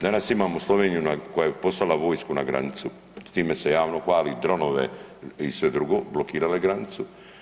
Danas imamo Sloveniju na, koja je poslala vojsku na granicu, s time se javno hvali, dronove i sve drugo, blokirala je granicu.